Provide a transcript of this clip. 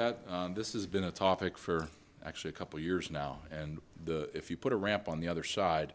that this is been a topic for actually a couple years now and the if you put a ramp on the other side